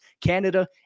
Canada